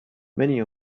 many